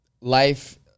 life